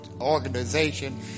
organization